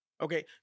Okay